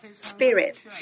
Spirit